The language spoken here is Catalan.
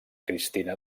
cristina